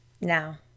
Now